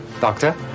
Doctor